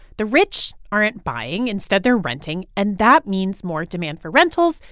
the rich aren't buying. instead, they're renting. and that means more demand for rentals,